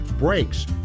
brakes